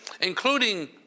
including